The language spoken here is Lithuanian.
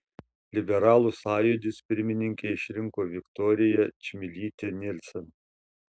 liberalų sąjūdis pirmininke išrinko viktoriją čmilytę nielsen